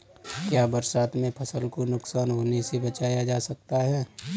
क्या बरसात में फसल को नुकसान होने से बचाया जा सकता है?